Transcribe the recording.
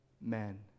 men